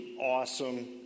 awesome